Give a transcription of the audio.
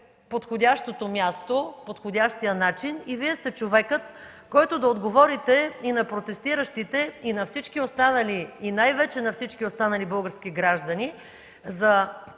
подходящото място, подходящият начин и Вие сте човекът, който да отговорите и на протестиращите, и най-вече на всички останали български граждани за